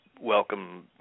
welcome